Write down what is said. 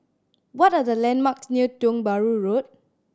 what are the landmarks near Tiong Bahru Road